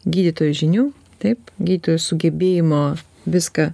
gydytojo žinių taip gydytojų sugebėjimo viską